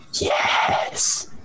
Yes